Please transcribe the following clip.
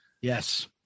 Yes